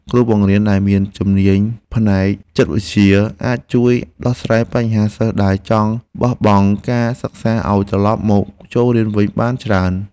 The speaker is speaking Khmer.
គ្រូបង្រៀនដែលមានជំនាញផ្នែកចិត្តវិទ្យាអាចជួយដោះស្រាយបញ្ហាសិស្សដែលចង់បោះបង់ការសិក្សាឱ្យត្រឡប់មកចូលរៀនវិញបានច្រើន។